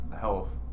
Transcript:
health